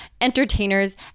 entertainers